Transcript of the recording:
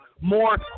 more